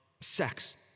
sex